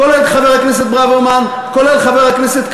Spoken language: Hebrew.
כולל חבר הכנסת ברוורמן,